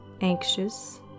anxious